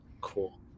Cool